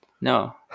no